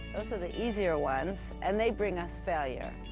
those are the easier ones and they bring us failure.